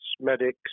medics